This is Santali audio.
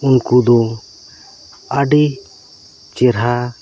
ᱩᱱᱠᱩ ᱫᱚ ᱟᱹᱰᱤ ᱪᱮᱨᱦᱟ